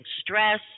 stress